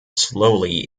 slowly